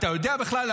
אתה יודע בכלל?